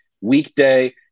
weekday